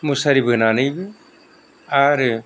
मुसारि बोनानैबो आरो